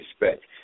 respect